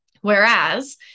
Whereas